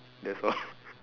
that's all